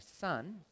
son